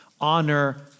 honor